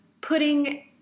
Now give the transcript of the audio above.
putting